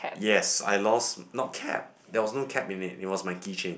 yes I lost not cap there was no cap in it it was my keychain